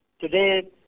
Today